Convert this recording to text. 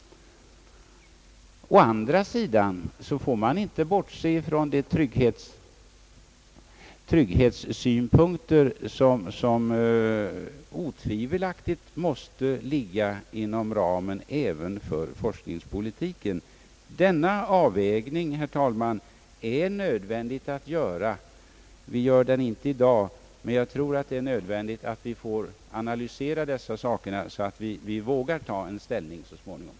Å andra sidan får man inte bortse från trygghetssynpunkter som otvivelaktigt måste ligga inom ramen även för forskningspolitiken. Denna avvägning är nödvändig att göra. Vi gör den inte i dag, men jag tror att det är nödvändigt att analysera dessa saker, så att vi får ta ställning så småningom.